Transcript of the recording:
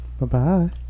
Bye-bye